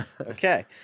Okay